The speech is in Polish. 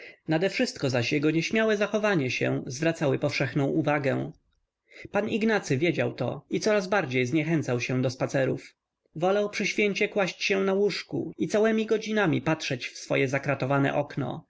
nadewszystko zaś jego nieśmiałe zachowanie się zwracały powszechną uwagę pan ignacy wiedział to i coraz bardziej zniechęcał się do spacerów wolał przy święcie kłaść się na łóżku i całemi godzinami patrzeć w swoje zakratowane okno